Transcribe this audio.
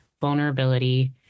vulnerability